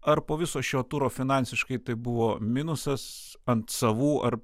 ar po viso šio turo finansiškai tai buvo minusas ant savų ar